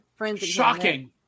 Shocking